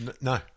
no